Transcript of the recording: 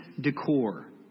decor